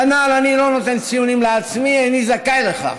כנ"ל, אני לא נותן ציונים לעצמי, איני זכאי לכך,